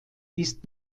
ist